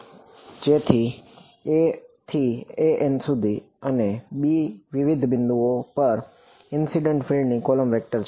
જે a1 થી aN સુધી અને b વિવિધ બિંદુઓ પર ઈનસિડેન્ટ ફીલ્ડ નો કોલમ વેક્ટર છે